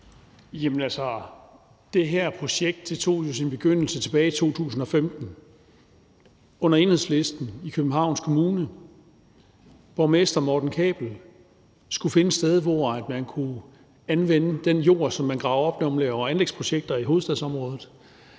det her projekt tog sin begyndelse tilbage i 2015 under Enhedslistens borgmester i Københavns Kommune. Borgmester Morten Kabell skulle finde et sted, hvor man kunne anvende den jord, som man graver op, når man laver anlægsprojekter i hovedstadsområdet.